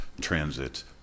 transit